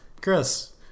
Chris